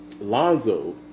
Lonzo